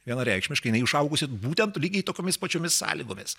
vienareikšmiškai jinai išaugusi būtent lygiai tokiomis pačiomis sąlygomis